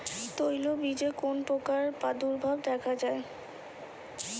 তৈলবীজে কোন পোকার প্রাদুর্ভাব দেখা যায়?